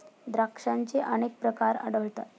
द्राक्षांचे अनेक प्रकार आढळतात